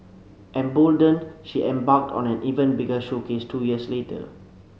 emboldened she embarked on an even bigger showcase two years later